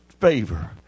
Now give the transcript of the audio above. favor